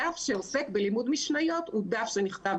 הדף שעוסק בלימוד משניות הוא דף שנכתב